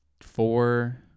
four